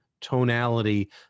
tonality